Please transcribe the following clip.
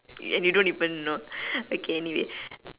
and you don't even know okay anyway